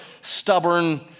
stubborn